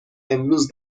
امروز